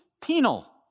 penal